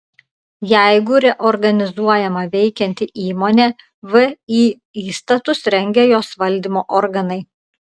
jeigu reorganizuojama veikianti įmonė vį įstatus rengia jos valdymo organai